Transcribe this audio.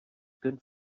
good